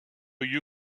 you